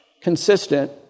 consistent